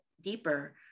deeper